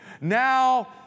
Now